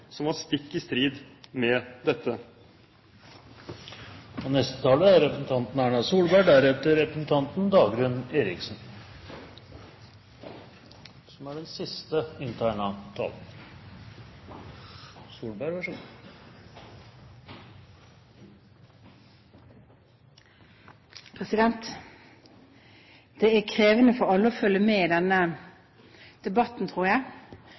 som var stikk i strid med dette. Det er krevende for alle å følge med i denne debatten, tror jeg.